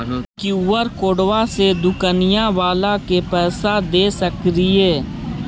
QR कोडबा से दुकनिया बाला के पैसा दे सक्रिय?